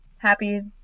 Happy